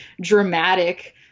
dramatic